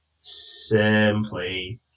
simply